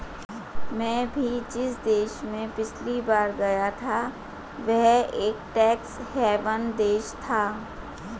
मैं भी जिस देश में पिछली बार गया था वह एक टैक्स हेवन देश था